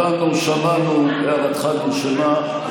הבנו, שמענו, הערתך נרשמה.